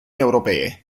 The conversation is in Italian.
europee